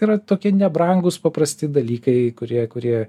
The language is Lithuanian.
yra tokie nebrangūs paprasti dalykai kurie kurie